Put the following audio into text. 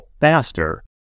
faster